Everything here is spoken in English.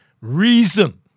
Reason